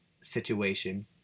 situation